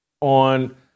on –